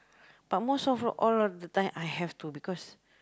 but most of the all all of the time I have to because